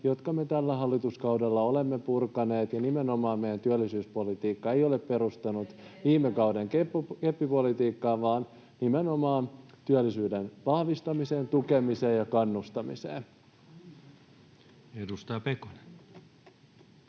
jotka me tällä hallituskaudella olemme purkaneet. Nimenomaan meidän työllisyyspolitiikka ei ole perustunut viime kauden keppipolitiikkaan vaan nimenomaan työllisyyden vahvistamiseen, tukemiseen ja kannustamiseen. [Speech